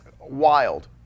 wild